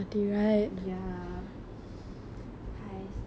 ya !hais!